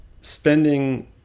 spending